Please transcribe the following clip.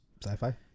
sci-fi